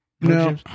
No